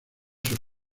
sus